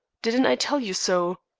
didn't i tell you so?